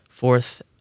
fourth